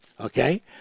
Okay